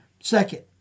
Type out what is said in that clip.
Second